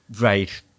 right